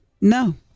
No